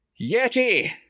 Yeti